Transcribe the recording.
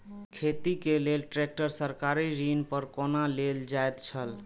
खेती के लेल ट्रेक्टर सरकारी ऋण पर कोना लेल जायत छल?